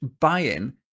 buy-in